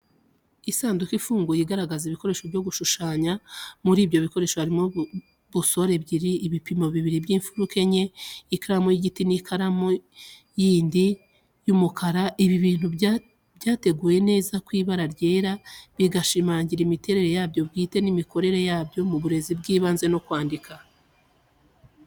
Isanduku ifunguye, igaragaza ibikoresho byo gushushanya. Muri ibyo bikoresho harimo busore ebyiri, ibipimo bibiri by'imfuruka enye, ikaramu y'igiti n'ikaramu y'igiti y'umukara. Ibi bintu byateguwe neza ku ibara ryera, bigashimangira imiterere yabyo bwite n'imikorere yabyo mu burezi bw'ibanze no kwandika.